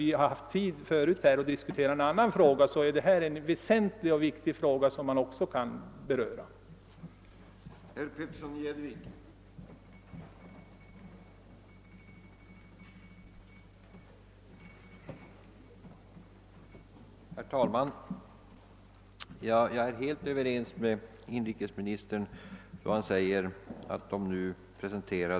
Men detta är — liksom den föregående frågan, som vi gav oss tid att diskutera grundligt — ett mycket viktigt spörsmål.